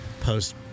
Post